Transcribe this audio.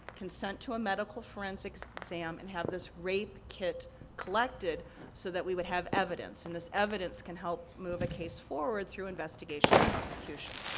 consent to a medical forensics exam, and have this rape kit collected so that we would have evidence, and this evidence can help move a case forward through investigation and prosecution.